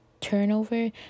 turnover